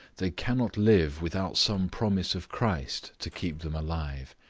they cannot live without some promise of christ to keep them alive,